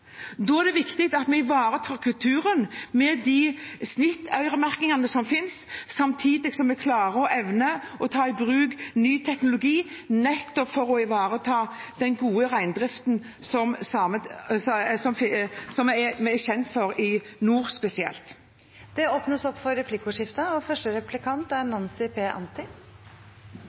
Da er det viktig at vi ivaretar kulturen med øresnittmerking, samtidig som vi klarer og evner å ta i bruk ny teknologi for nettopp å ivareta den gode reindriften vi er kjent for, spesielt i nord. Det blir replikkordskifte. Senterpartiet har stilt skriftlig spørsmål til statsråden angående lovendringsforslaget om samenes rett til selvbestemmelse, og bakgrunnen er